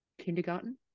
Kindergarten